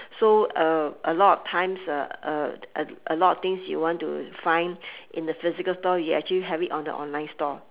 so uh a lot of times uh uh uh a lot of things you want to find in the physical store you actually have it on the online store